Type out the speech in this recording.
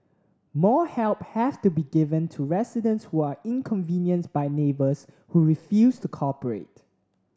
more help have to be given to residents who are inconvenienced by neighbours who refuse to cooperate